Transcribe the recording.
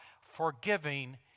forgiving